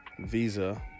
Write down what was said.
Visa